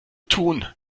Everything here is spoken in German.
tun